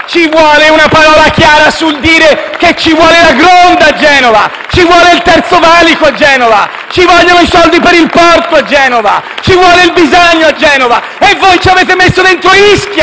Serve una parola chiara nel dire che ci vuole la Gronda a Genova, ci vuole il Terzo valico a Genova, ci vogliono i soldi per il porto a Genova, ci vuole il Bisagno a Genova. E voi ci avete messo dentro Ischia!